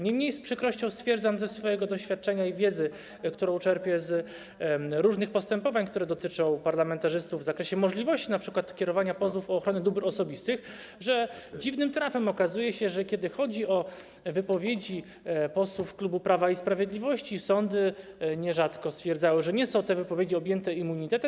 Niemniej z przykrością stwierdzam na podstawie swojego doświadczenia i wiedzy, które czerpię z różnych postępowań, które dotyczą parlamentarzystów w zakresie możliwości np. kierowania pozwów o ochronę dóbr osobistych, że dziwnym trafem okazuje się, że kiedy chodzi o wypowiedzi posłów klubu Prawa i Sprawiedliwości, sądy nierzadko stwierdzały, że te wypowiedzi nie są objęte immunitetem.